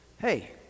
hey